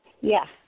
Yes